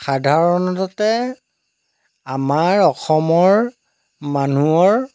সাধাৰণতে আমাৰ অসমৰ মানুহৰ